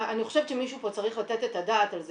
אני חושבת שמישהו פה צריך לתת את הדעת על זה.